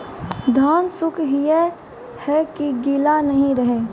धान सुख ही है की गीला नहीं रहे?